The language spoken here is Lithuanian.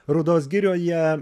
rūdos girioje